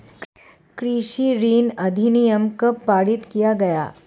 कृषि ऋण अधिनियम कब पारित किया गया?